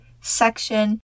section